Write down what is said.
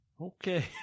Okay